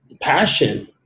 passion